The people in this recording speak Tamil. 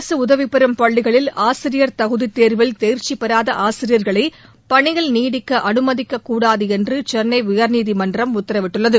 அரசு உதவி பெறும் பள்ளிகளில் ஆசிரியர் தகுதித் தேர்வில் தேர்ச்சி பெறாத ஆசிரியர்களை பணியில் நீடிக்க அனுமதிக்கக் கூடாது என்று சென்னை உயர்நீதிமன்றம் உத்தரவிட்டுள்ளது